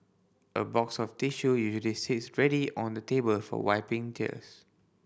a box of tissue usually sits ready on the table for wiping tears